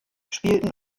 spielten